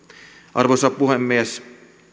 arvoisa puhemies